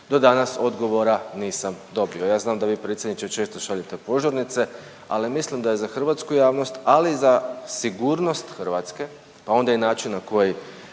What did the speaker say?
do danas odgovora nisam dobio. Ja znam da vi predsjedniče često šaljete požurnice, ali mislim da je hrvatsku javnost, ali i za sigurnost Hrvatska, a onda i način na koji